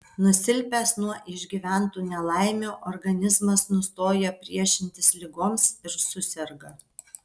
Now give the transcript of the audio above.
nusilpęs nuo išgyventų nelaimių organizmas nustoja priešintis ligoms ir suserga